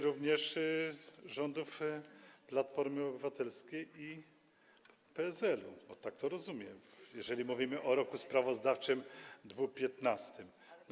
również rządów Platformy Obywatelskiej i PSL-u, tak to rozumiem, jeżeli mówimy o roku sprawozdawczym 2015.